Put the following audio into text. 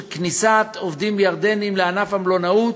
כניסת עובדים ירדנים לענף המלונאות,